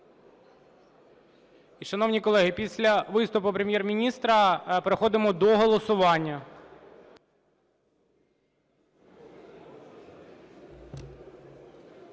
шановні колеги, після виступу Прем'єр-міністра переходимо до голосування.